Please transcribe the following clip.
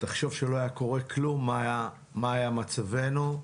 תחשוב מה היה מצבנו אם לא היה קורה כלום.